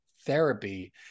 therapy